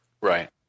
Right